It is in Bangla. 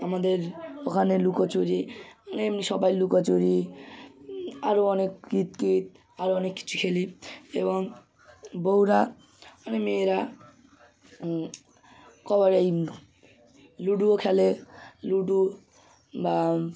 আমাদের ওখানে লুকোচুরি এমনি সবাই লুকাচুরি আরো অনেক কিতকিত আরো অনেক কিছু খেলি এবং বউরা মানে মেয়েরা কবাডাই লুডুও খেলে লুডু বা